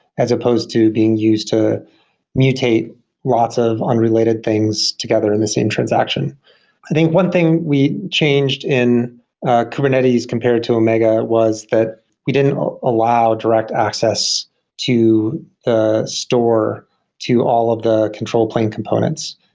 as opposed to being used to mutate lots of unrelated things together in the same transaction i think one thing we changed in kubernetes compared to omega was that we didn't allow direct access to the store to all of the control plane components,